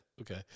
Okay